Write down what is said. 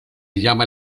llama